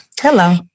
Hello